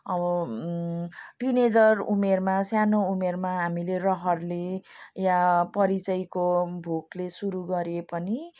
अब टिनएजर उमेरमा सानो उमेरमा हामीले रहरले या परिचयको भोकले सुरु गरिए पनि